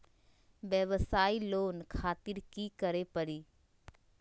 वयवसाय लोन खातिर की करे परी?